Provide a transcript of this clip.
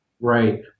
Right